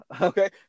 okay